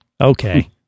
Okay